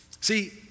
See